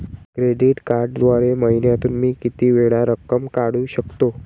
Credit कार्डद्वारे महिन्यातून मी किती वेळा रक्कम काढू शकतो?